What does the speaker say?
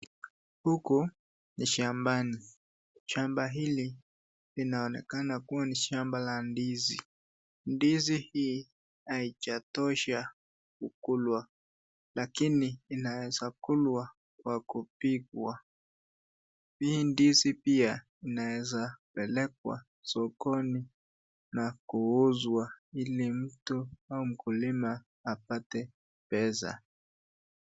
Huku ni shambani. Shamba hili linaonekana kuwa ni shamba la ndizi. Ndizi hii haijatosha kukulwa lakini inawezwa kulwa kwa kupikwa. Hii ndizi pia inaweza pelekwa sokoni na kuuzwa hili mtu au mkulima aweze kupata pesa.